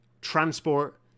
transport